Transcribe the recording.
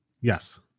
Yes